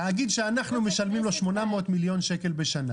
תאגיד שאנחנו משלמים לו 800 מיליון שקלים בשנה